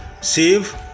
save